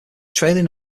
trailing